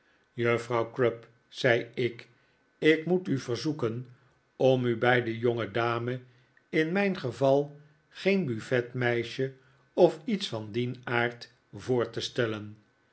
juffrouw crupp zei ik ik moet u verzoeken om u bij de jongedame in mijn geval geen buffet meisje of iets van dien aard voor te stellen